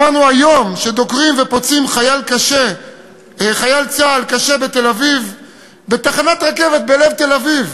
שמענו היום שפוצעים ודוקרים קשה חייל צה"ל בתחנת רכבת בלב תל-אביב,